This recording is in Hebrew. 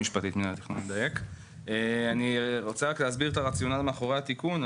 אני רוצה רק להסביר את הרציונל מאחורי התיקון,